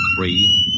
three